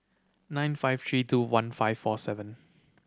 nine five three two one five four seven